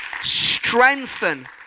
Strengthen